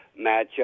matchup